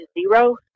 zero